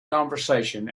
conversation